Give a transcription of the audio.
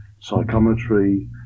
psychometry